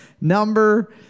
number